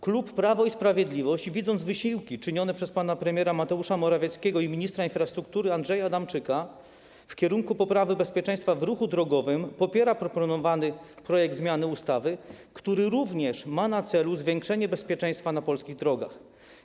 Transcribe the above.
Klub Prawo i Sprawiedliwość, widząc wysiłki czynione przez pana premiera Mateusza Morawieckiego i ministra infrastruktury Andrzeja Adamczyka w kierunku poprawy bezpieczeństwa w ruchu drogowym, popiera proponowany projekt zmiany ustawy, który również ma na celu zwiększenie bezpieczeństwa na polskich drogach.